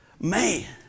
Man